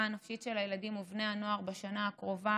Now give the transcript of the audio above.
הנפשית של הילדים ובני הנוער בשנה הקרובה,